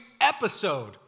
episode